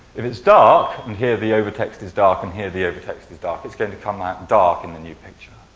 if it's dark, and here the over text is dark, and here the over text is dark, it's going to come out dark in the new picture.